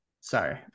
Sorry